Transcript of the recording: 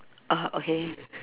oh okay